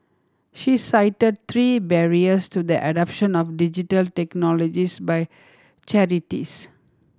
she cited three barriers to the adoption of Digital Technologies by charities